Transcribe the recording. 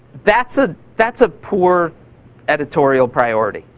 that's ah that's a poor editorial priority.